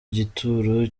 gituro